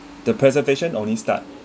the presentation only start